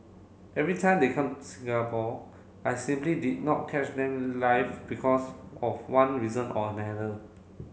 every time they come Singapore I simply did not catch them live because of one reason or another